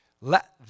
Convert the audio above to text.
let